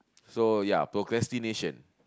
so ya procrastination